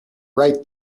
write